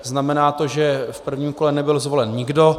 Znamená to, že v prvním kole nebyl zvolen nikdo.